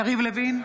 יריב לוין,